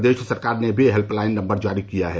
प्रदेश सरकार ने भी हेल्पलाइन नम्बर जारी किया है